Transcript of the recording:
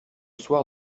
soir